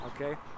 Okay